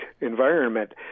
environment